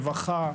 רווחה,